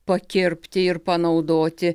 pakirpti ir panaudoti